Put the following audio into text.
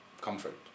comfort